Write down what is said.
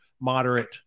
moderate